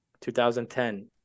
2010